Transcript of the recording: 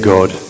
God